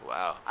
Wow